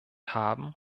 haben